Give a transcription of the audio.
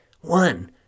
one